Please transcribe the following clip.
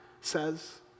says